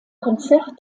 konzert